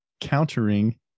countering